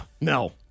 No